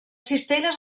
cistelles